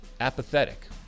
apathetic